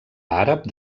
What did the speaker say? àrab